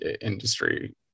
industry